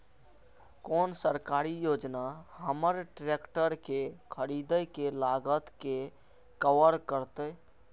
कोन सरकारी योजना हमर ट्रेकटर के खरीदय के लागत के कवर करतय?